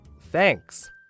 thanks